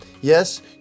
Yes